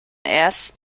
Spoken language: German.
erst